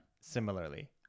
similarly